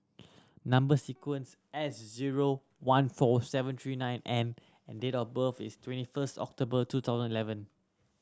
number sequence S zero one four seven three nine N and date of birth is twenty first October two thousand eleven